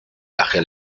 ágil